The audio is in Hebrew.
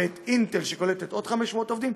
ואת אינטל, שקולטת עוד 500 עובדים,